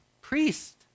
priest